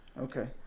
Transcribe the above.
Okay